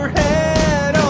head